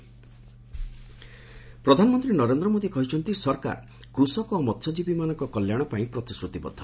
PM Vizag ପ୍ରଧାନମନ୍ତ୍ରୀ ନରେନ୍ଦ୍ର ମୋଦି କହିଛନ୍ତି ସରକାର କୃଷକ ଏବଂ ମହ୍ୟଜୀବୀମାନଙ୍କ କଲ୍ୟାଣ ପାଇଁ ପ୍ରତିଶ୍ରତିବଦ୍ଧ